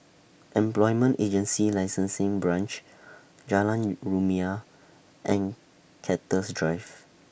Employment Agency Licensing Branch Jalan Rumia and Cactus Drive